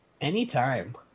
Anytime